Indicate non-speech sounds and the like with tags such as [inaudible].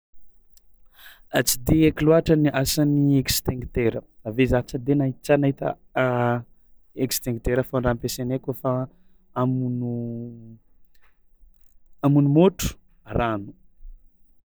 A tsy de haiko loàtra ny asan'ny extincteur avy eo za tsy de nahi- tsy ary nahita [hesitation] extincteur fao ny raha ampiasainay kaofa hamono hamono môtro, rano.